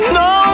no